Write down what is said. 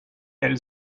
elle